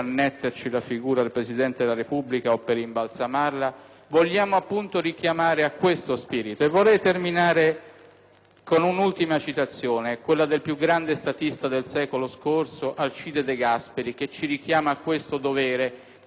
vogliamo appunto richiamare questo spirito. Vorrei terminare con un'ultima citazione, quella del più grande statista del secolo scorso, Alcide De Gasperi, che ci richiama a questo dovere che ogni Presidente del Consiglio dovrebbe imitare.